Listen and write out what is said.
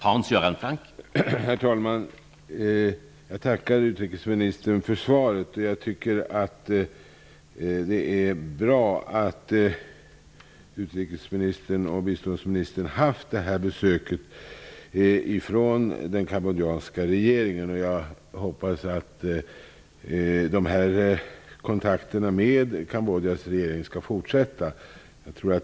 Herr talman! Jag tackar utrikesministern för svaret. Det är bra att utrikesministern och biståndsministern haft detta besök av den kambodjanska regeringen. Jag hoppas att kontakterna med Kambodjas regering skall fortsätta.